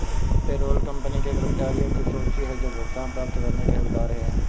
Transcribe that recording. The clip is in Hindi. पेरोल कंपनी के कर्मचारियों की सूची है जो भुगतान प्राप्त करने के हकदार हैं